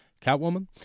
Catwoman